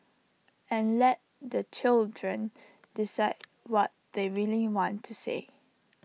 and let the children decide what they really want to say